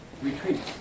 retreat